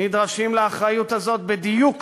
נדרשים לאחריות הזאת בדיוק